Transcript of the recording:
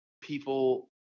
people –